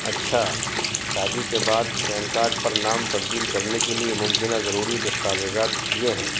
اچھا شادی کے بعد پین کارڈ پر نام تبدیل کرنے کے لیے ممکنہ ضروری دستاویزات یہ ہیں